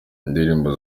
indirimbo